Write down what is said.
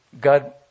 God